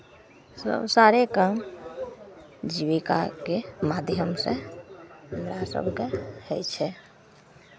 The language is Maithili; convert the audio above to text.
सभ सारे काम जीविकाके माध्यमसँ हमरासभकेँ होइ छै